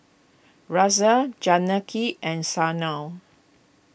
Razia Janaki and Sanal